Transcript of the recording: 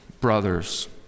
brothers